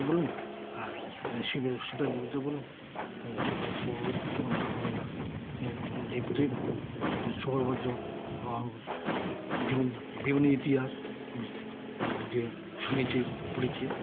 বলুন আর সিপাহি সিপাহি বিদ্রোহ বলুন এগুলো মুন্ডা মুন্ডা যে বিদ্রোহই বলুন বিভিন্ন বিভিন্ন ইতিহাস যে শুনেছি পড়েছি